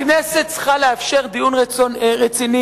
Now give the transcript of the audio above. הכנסת צריכה לאפשר דיון רציני,